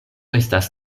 estas